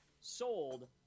sold